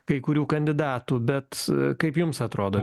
kai kurių kandidatų bet kaip jums atrodo